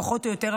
פחות או יותר,